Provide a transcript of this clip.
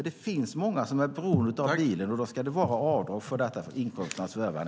Det finns många som är beroende av bilen, och då ska de få göra avdrag för detta för inkomsternas förvärvande.